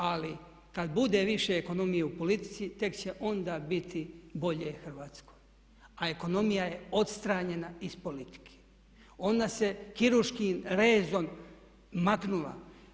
Ali kad bude više ekonomije u politici tek će onda biti bolje Hrvatskoj, a ekonomija je odstranjena iz politike, ona se kirurškim rezom maknula.